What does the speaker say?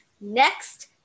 Next